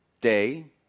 Day